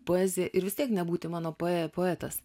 poezija ir vis tiek nebūti mano poe poetas